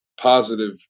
positive